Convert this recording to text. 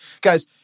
Guys